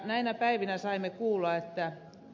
näinä päivinä saimme kuulla että e